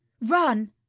Run